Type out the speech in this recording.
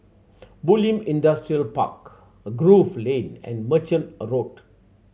Bulim Industrial Park Grove Lane and Merchant a Road